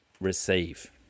receive